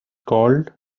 called